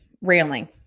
railing